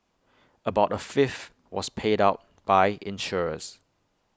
about A fifth was paid out by insurers